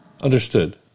Understood